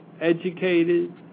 educated